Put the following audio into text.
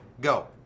go